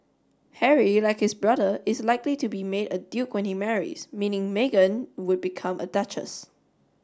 Harry like his brother is likely to be made a duke when he marries meaning Meghan would become a duchess